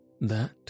That